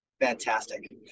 Fantastic